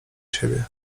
siebie